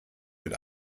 mit